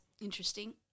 Interesting